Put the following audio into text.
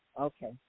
Okay